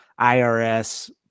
IRS